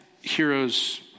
heroes